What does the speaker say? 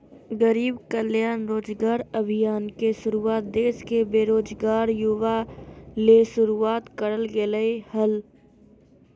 गरीब कल्याण रोजगार अभियान के शुरुआत देश के बेरोजगार युवा ले शुरुआत करल गेलय हल